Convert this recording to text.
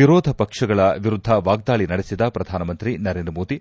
ವಿರೋಧ ಪಕ್ಷಗಳ ವಿರುದ್ದ ವಾಗ್ವಾಳ ನಡೆಸಿದ ಪ್ರಧಾನಮಂತ್ರಿ ನರೇಂದ್ರ ಮೋದಿ